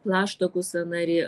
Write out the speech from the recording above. plaštakų sąnariai